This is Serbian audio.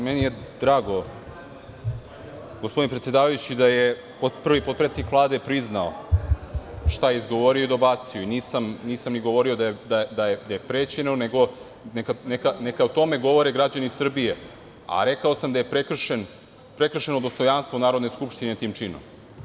Meni je drago, gospodine predsedavajući, da je prvi potpredsednik Vlade priznao šta je izgovorio i dobacio i nisam ni govorio da je prećeno, nego neka o tome govore građani Srbije, a rekao sam da je prekršeno dostojanstvo Narodne skupštine tim činom.